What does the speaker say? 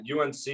UNC